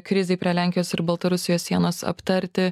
krizei prie lenkijos ir baltarusijos sienos aptarti